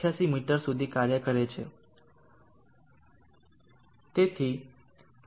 88 metre સુધી કાર્ય કરે છે